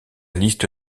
liste